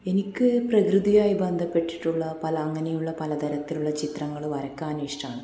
എനിക്ക് പ്രകൃതിയുമായി ബന്ധപ്പെട്ടിട്ടുള്ള പല അങ്ങനെയുള്ള പലതരത്തിലുള്ള ചിത്രങ്ങൾ വരക്കാൻ ഇഷ്ട്ടമാണ്